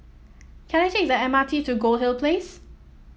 can I take the M R T to Goldhill Place